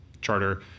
charter